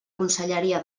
conselleria